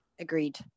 Agreed